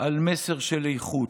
במסר של איכות,